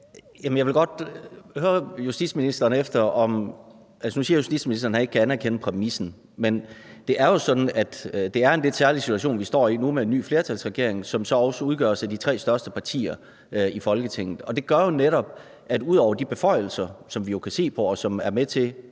Jeg vil godt høre justitsministeren om noget. Altså, nu siger justitsministeren, at han ikke kan anerkende præmissen, men det er jo sådan, at det er en lidt særlig situation, vi står i nu med en ny flertalsregering, som så også udgøres af de tre største partier i Folketinget. Det gør jo netop, at det flertal, der så er i